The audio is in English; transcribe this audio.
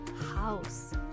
house